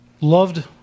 loved